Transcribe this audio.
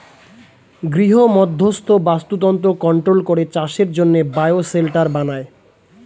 গৃহমধ্যস্থ বাস্তুতন্ত্র কন্ট্রোল করে চাষের জন্যে বায়ো শেল্টার বানায়